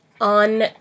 on